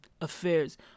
affairs